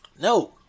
No